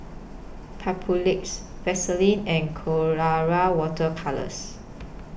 Papulex Vaselin and Colora Water Colours